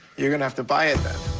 you're going to have to buy it, then.